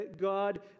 god